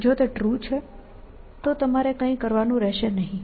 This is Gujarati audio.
જો તે ટ્રુ છે તો તમારે કંઇ કરવાનું રહેશે નહીં